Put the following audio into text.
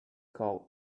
called